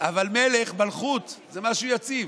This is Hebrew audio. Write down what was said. אבל מלך, מלכות, זה משהו יציב.